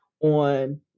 on